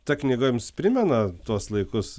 ta knyga jums primena tuos laikus